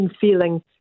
feeling